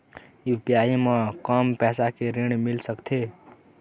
UPI म कम पैसा के ऋण मिल सकथे?